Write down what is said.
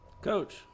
Coach